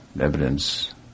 evidence